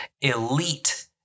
elite